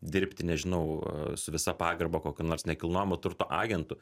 dirbti nežinau su visa pagarba kokio nors nekilnojamo turto agentu